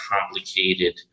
complicated